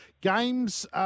Games